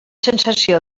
sensació